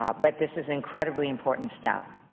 um but this is incredibly important stuff.